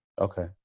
Okay